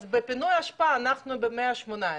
אז בפינוי אשפה אנחנו במאה ה-18.